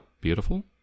beautiful